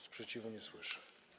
Sprzeciwu nie słyszę.